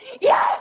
Yes